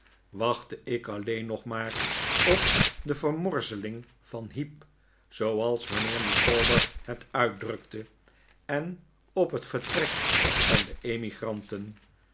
wachtte ik alleen nog maar op de vermorzeling van heep zooals mijnheer micawber het uitdrukte en op het vertrek van de